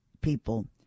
people